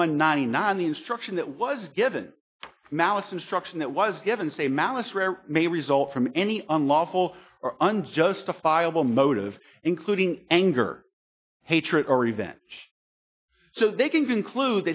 one ninety nine the instruction that was given malice instruction that was given say malice rare may result from any unlawful and justifiable motive including anger hatred or revenge so they can